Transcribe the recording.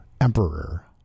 Emperor